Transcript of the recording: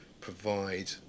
provide